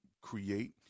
create